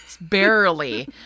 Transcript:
barely